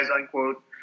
unquote